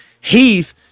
Heath